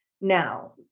now